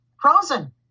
frozen